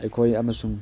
ꯑꯩꯈꯣꯏ ꯑꯃꯁꯨꯡ